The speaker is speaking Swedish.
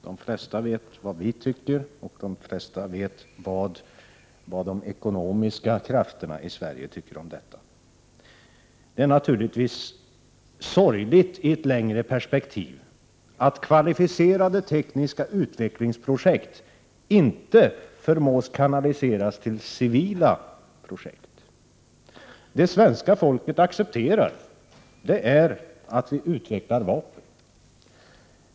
De flesta vet vad vänsterpartiet kommunisterna anser om detta och vad de ekonomiska krafterna i Sverige anser. I ett längre perspektiv är det naturligtvis sorgligt att man inte förmår kanalisera avancerade tekniska utvecklingsprojekt till det civila området. Det svenska folket accepterar att vi utvecklar vapen.